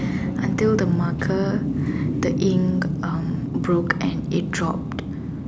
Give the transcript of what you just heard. until the marker the ink um broke and it dropped